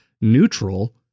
neutral